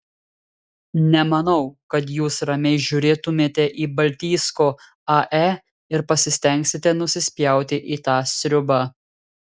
nemanau kad jūs ramiai žiūrėtumėte į baltijsko ae ir pasistengsite nusispjauti į tą sriubą